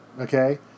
okay